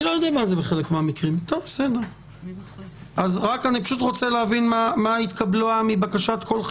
אני רוצה להבין אילו בקשות התקבלו,